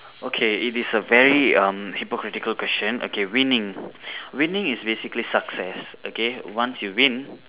okay it is a very um hypocritical question okay winning winning is basically success okay once you win